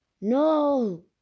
No